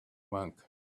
monk